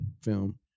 film